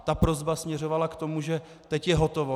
Ta prosba směřovala k tomu, že teď je hotovo.